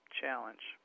challenge